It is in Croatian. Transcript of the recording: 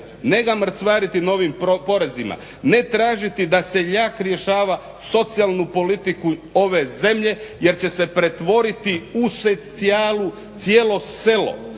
ne ga mrcvariti novim porezima, ne tražiti da seljak rješava socijalnu politiku ove zemlje jer će se pretvoriti u socijalu cijelo selo